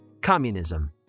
Communism